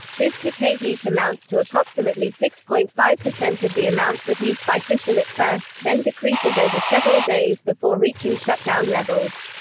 this decay heat amounts to approximately six point five of the amount produced by fission at first, then decreases over several days before reaching shutdown levels.